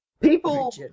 People